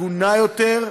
הגונה יותר,